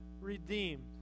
redeemed